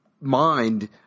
mind